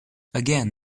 again